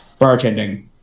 bartending